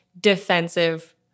defensive